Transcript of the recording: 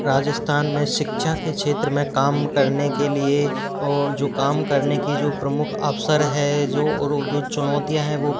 राजस्थान में शिक्षा के क्षेत्र में काम करने के लिए और जो काम करने की जो प्रमुख अवसर है जो और उद्योग चुनौतियाँ हैं वो